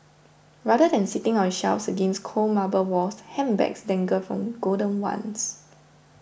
rather than sitting on shelves against cold marble walls handbags dangle from golden wands